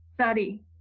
study